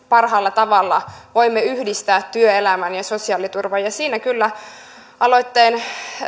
parhaalla tavalla voimme yhdistää työelämän ja sosiaaliturvan ja siihen kyllä aloitteen